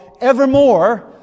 evermore